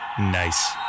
Nice